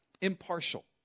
impartial